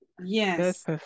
yes